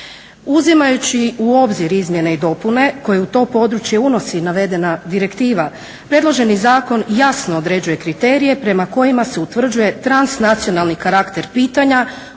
Uzimajući u obzir izmjene i dopune koje u to područje unosi navedena direktiva predloženi zakon jasno određuje kriterije prema kojima se utvrđuje transnacionalni karakter pitanja